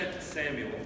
Samuel